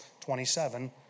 27